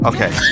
Okay